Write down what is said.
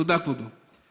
תודה, כבודו.